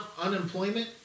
unemployment